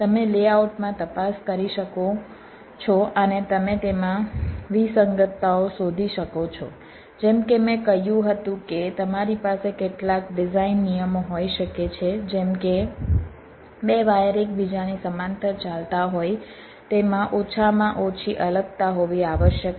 તમે લેઆઉટમાં તપાસ કરી શકો છો અને તમે તેમાં વિસંગતતાઓ શોધી શકો છો જેમ કે મેં કહ્યું હતું કે તમારી પાસે કેટલાક ડિઝાઇન નિયમો હોઈ શકે છે જેમ કે 2 વાયર એકબીજાની સમાંતર ચાલતા હોય તેમાં ઓછામાં ઓછી અલગતા હોવી આવશ્યક છે